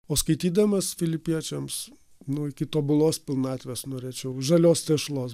o skaitydamas filipiečiams nu iki tobulos pilnatvės norėčiau žalios tešlos